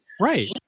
right